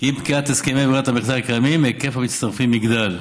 כי עם פקיעת הסכמי ברירת המחדל הקיימים היקף המצטרפים יגדל,